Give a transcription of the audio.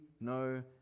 no